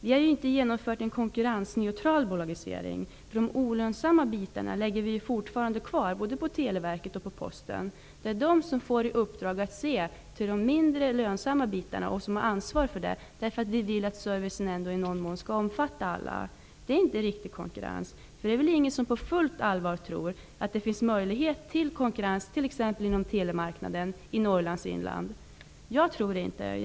Det är ju inte en konkurrensneutral bolagisering som genomförts. De olönsamma bitarna låter vi ligga kvar, både på Televerket och senare på Posten. Det är dessa företag som får ansvar för de mindre lönsamma bitarna. Vi vill ju att servicen i någon mån skall omfatta alla. Men detta är inte riktig konkurrens. Det är väl ingen som på fullt allvar tror att det finns möjlighet till konkurrens inom t.ex. telemarknaden i Norrlands inland. Jag tror inte det.